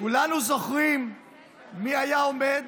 כולנו זוכרים מי היה עומד